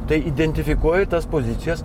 tai identifikuoju tas pozicijas